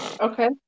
Okay